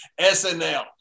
snl